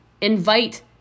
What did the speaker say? invite